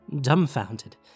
dumbfounded